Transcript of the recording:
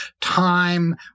time